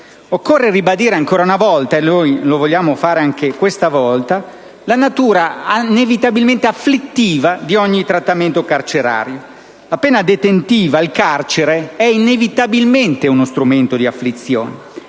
Occorre ribadire ancora una volta - e noi lo vogliamo fare anche questa volta - la natura inevitabilmente afflittiva di ogni trattamento carcerario. La pena detentiva, il carcere, è inevitabilmente uno strumento di afflizione.